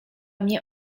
mnie